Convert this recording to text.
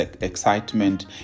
excitement